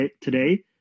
today